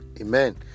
amen